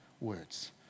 words